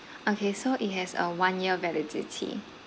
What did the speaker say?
okay so it has a one year validity